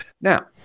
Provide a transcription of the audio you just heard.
Now